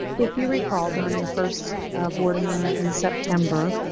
if you recall, during the first board meeting in september,